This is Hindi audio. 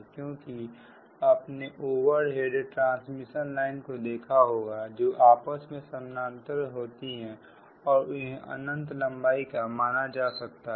क्योंकि आपने ओवरहेड ट्रांसमिशन लाइन को देखा होगा जो आपस में समानांतर होती हैं और उन्हें अनंत लंबाई का माना जा सकता है